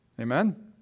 Amen